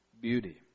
beauty